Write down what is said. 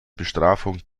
bestrafung